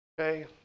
okay